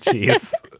yes.